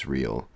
Real